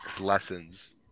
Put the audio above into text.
lessons